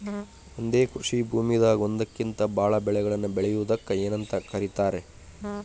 ಒಂದೇ ಕೃಷಿ ಭೂಮಿದಾಗ ಒಂದಕ್ಕಿಂತ ಭಾಳ ಬೆಳೆಗಳನ್ನ ಬೆಳೆಯುವುದಕ್ಕ ಏನಂತ ಕರಿತಾರೇ?